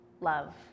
love